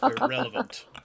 Irrelevant